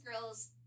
girls